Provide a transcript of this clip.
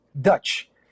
dutch